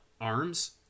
arms